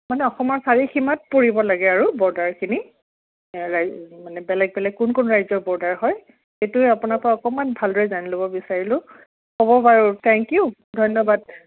মানে অসমৰ চাৰিসীমাত পৰিব লাগে আৰু বৰ্ডাৰখিনি মানে বেলেগ বেলেগ কোন কোন ৰাজ্যৰ বৰ্ডাৰ হয় সেইটোৱে আপোনাৰ পৰা অকণমান ভালদৰে জানি ল'ব বিচাৰিলোঁ হ'ব বাৰু থেংকিউ ধন্যবাদ